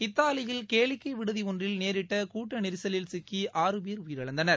இத்தாலியில் கேளிக்கை விடுதி ஒன்றில் நேரிட்ட கூட்ட நெரிகலில் சிக்கி ஆறு பேர் உயிரிழந்தனர்